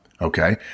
okay